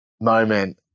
moment